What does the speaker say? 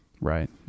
Right